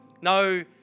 No